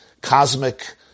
cosmic